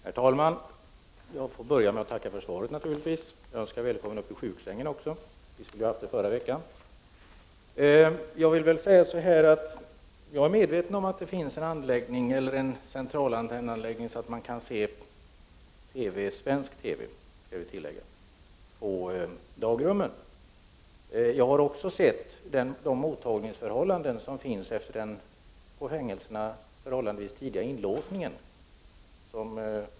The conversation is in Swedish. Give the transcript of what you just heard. Herr talman! Jag får naturligtvis börja med att tacka för svaret. Jag önskar välkommen upp ur sjuksängen också — vi skulle ju ha träffats i förra veckan. Jag är medveten om att det finns en centralantennanläggning så att man kan se — svensk TV, bör man tillägga — på dagrummen. Jag har också sett de mottagningsförhållanden som finns efter den på fängelserna förhållandevis tidiga inlåsningen.